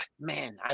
man